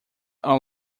are